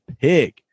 pig